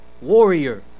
warrior